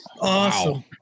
Awesome